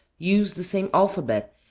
used the same alphabet,